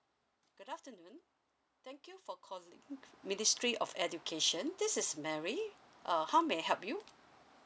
good afternoon thank you for calling ministry of education this is mary uh how may I help you